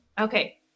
Okay